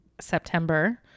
September